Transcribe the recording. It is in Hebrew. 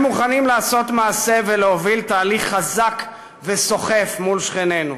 והם מוכנים לעשות מעשה ולהוביל תהליך חזק וסוחף מול שכנינו.